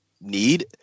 need